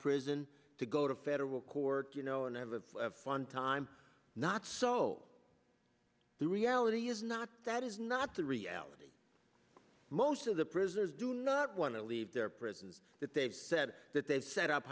prison to go to federal court you know and have a fun time not so the reality is not that is not the reality most of the prisoners do not want to leave their prisons that they've said that they've set up